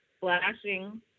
Flashing